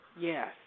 Yes